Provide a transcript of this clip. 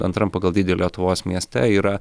antram pagal dydį lietuvos mieste yra